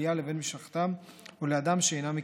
כליה לבן משפחתם או לאדם שאינם מכירים.